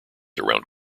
around